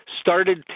started